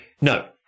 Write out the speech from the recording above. No